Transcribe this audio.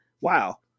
wow